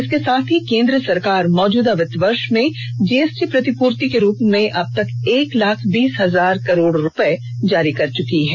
इसके साथ ही केंद्र सरकार मौजूदा वित्तीय वर्ष में जीएसटी प्रतिपूर्ति के रूप में अब तक एक लाख बीस हजार करोड़ रुपये जारी कर चुकी है